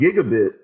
gigabit